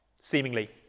seemingly